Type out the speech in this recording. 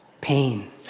pain